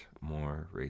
more